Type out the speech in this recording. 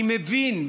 אני מבין,